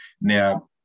Now